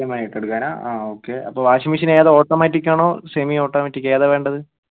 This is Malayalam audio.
ഇ എം ഐ ആയിട്ടെടുക്കാനാ ആ ഓക്കേ അപ്പോൾ വാഷിംഗ് മെഷീൻ ഏതാണ് ഓട്ടോമാറ്റിക് ആണോ സെമി ഓട്ടോമാറ്റിക് ഏതാ വേണ്ടത്